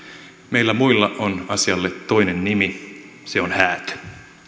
meillä muilla on asialle toinen nimi se on häätö